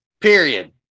Period